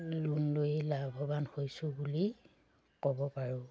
loan লৈ লাভৱান হৈছোঁ বুলি ক'ব পাৰোঁ